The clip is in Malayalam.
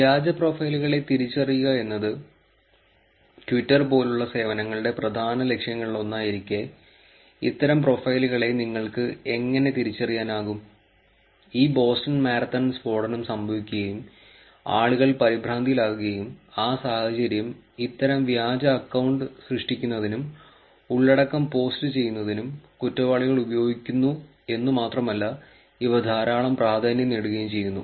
വ്യാജ പ്രൊഫൈലുകളെ തിരിച്ചറിയുക എന്നത് ട്വിറ്റർ പോലുള്ള സേവനങ്ങളുടെ പ്രധാന ലക്ഷ്യങ്ങളിലൊന്നായിരിക്കെ ഇത്തരം പ്രൊഫൈലുകളെ നിങ്ങൾക്ക് എങ്ങനെ തിരിച്ചറിയാനാകും ഈ ബോസ്റ്റൺ മാരത്തൺ സ്ഫോടനം സംഭവിക്കുകയും ആളുകൾ പരിഭ്രാന്തിയിലാകുകയും ആ സാഹചര്യം ഇത്തരം വ്യാജ അക്കൌണ്ട് സൃഷ്ടിക്കുന്നതിനും ഉള്ളടക്കം പോസ്റ്റുചെയ്യുന്നതിനും കുറ്റവാളികൾ ഉപയോഗിക്കുന്നു എന്നുമാത്രമല്ല ഇവ ധാരാളം പ്രാധാന്യം നേടുകയും ചെയ്യുന്നു